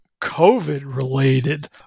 COVID-related